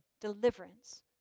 deliverance